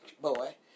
boy